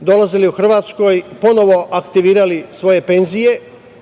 dolazili u Hrvatsku i ponovo aktivirali svoje penzije,